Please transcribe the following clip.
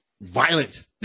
violent